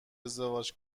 ازدواج